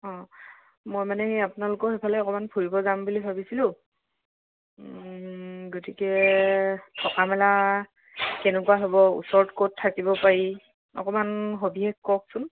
অঁ মই মানে সেই আপোনালোকৰ সেইফালে অকণমান ফুৰিব যাম বুলি ভাবিছিলোঁ গতিকে থকা মেলা কেনেকুৱা হ'ব ওচৰত ক'ত থাকিব পাৰি অকণমান সবিশেষ কওকচোন